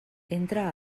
entra